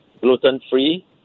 gluten-free